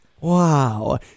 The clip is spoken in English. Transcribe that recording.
wow